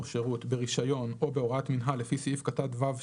שירות ברישיון או בהוראת מינהל לפי סעיף קטן (ו),